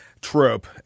trope